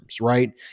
right